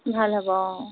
ভাল হ'ব অ